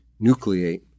nucleate